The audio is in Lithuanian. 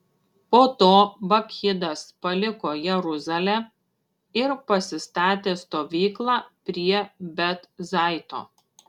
po to bakchidas paliko jeruzalę ir pasistatė stovyklą prie bet zaito